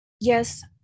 Yes